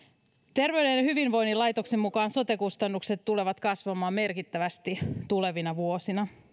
terveyden ja hyvinvoinnin laitoksen mukaan sote kustannukset tulevat kasvamaan merkittävästi tulevina vuosina